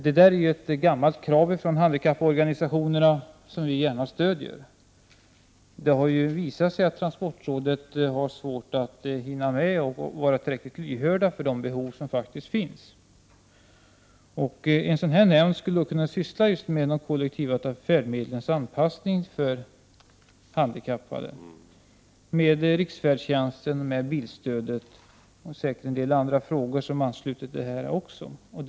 Det gäller ett gammalt krav från handikapporganisationerna, vilket vi gärna vill stödja. Det har ju visat sig att transportrådet har svårt att hinna med och att vara tillräckligt lyhört för de behov som faktiskt finns, En sådan här nämnd skulle kunna syssla med handikappanpassning av de kollektiva färdmedlen, med frågor om riksfärdtjänsten, med bilstödet och säkerligen också med en del andra frågor i detta sammanhang.